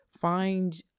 Find